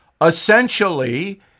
essentially